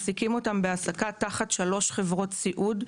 תחת שלוש חברות סיעוד,